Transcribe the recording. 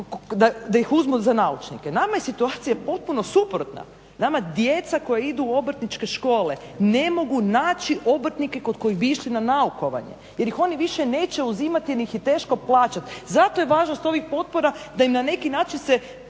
da ih uzmu za naučnike. Nama je situacija potpuno suprotna, nama djeca koja idu u obrtničke škole ne mogu naći obrtnike kod kojih bi išli na naukovanje jer ih oni više neće uzimati jer ih je teško plaćati. Zato je važnost ovih potpora da im na neki način se